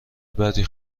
بدی